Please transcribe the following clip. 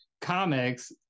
comics